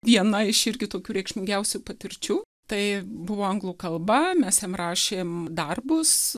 viena iš irgi tokių reikšmingiausių patirčių tai buvo anglų kalba mes jam rašėm darbus